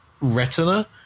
retina